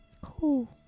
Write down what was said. cool